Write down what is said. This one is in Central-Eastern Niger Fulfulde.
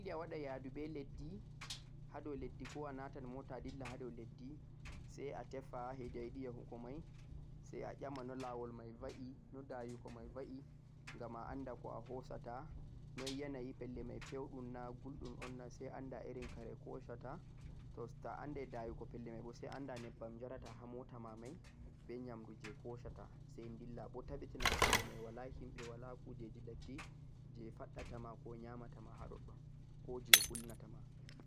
to'a yidi a wada yadu beh leddi hadoh leddi ko'a natan mota a dilla hadoh leddi sai a tefa hedi a yidi yahugo mai no lawol mai va'i? no dayugo mai va'i? gham a anda ko'a hosata noi yanayi pellel mai peudhum on na guldhum on na? guldum on na? sai anda irin kare hosata to'a andai dayugo pellel mai boh sai anda nyebbam yarata ha mota mai beh nyamdu jeh hosata sai dilla boh tabbitini pellel mai wala himbe wala kujeji ladde jeh faddatama ko nyamata ma ha totton